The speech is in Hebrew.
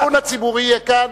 הדיון הציבורי יהיה כאן,